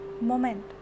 moment